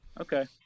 Okay